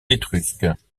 étrusques